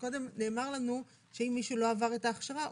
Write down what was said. קודם נאמר לנו שאם מישהו לא עבר את ההכשרה,